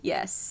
Yes